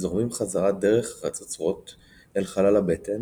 זורמים חזרה דרך החצוצרות אל חלל הבטן